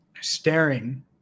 staring